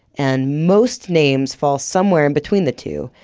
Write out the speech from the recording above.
and most names fall somewhere in between the two,